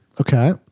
Okay